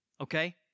okay